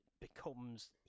becomes